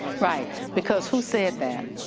right, because who said that?